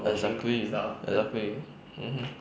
exactly exactly mmhmm